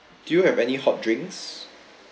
do you have any hot drinks